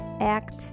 act